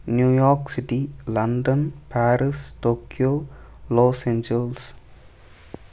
New York city London Paris Tokyo Los Angeles